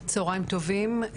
צוהריים טובים,